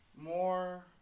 more